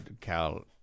Cal